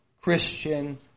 Christian